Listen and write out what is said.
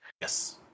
yes